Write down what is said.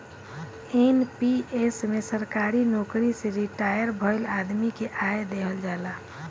NPS में सरकारी नोकरी से रिटायर भईल आदमी के आय देहल जाला